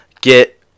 get